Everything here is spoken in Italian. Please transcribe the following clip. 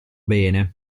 bene